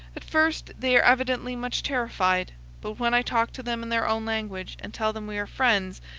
at first they are evidently much terrified but when i talk to them in their own language and tell them we are friends,